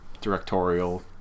directorial